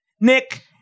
Nick